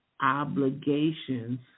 obligations